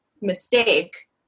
mistake